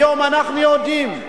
היום אנחנו יודעים,